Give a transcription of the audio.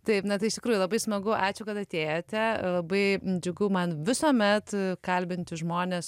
taip na tai iš tikrųjų labai smagu ačiū kad atėjote labai džiugu man visuomet kalbinti žmones